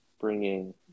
bringing